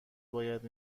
باید